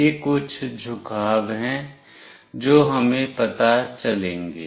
ये कुछ झुकाव हैं जो हमें पता चलेंगे